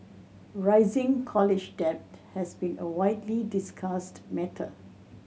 rising college debt has been a widely discussed matter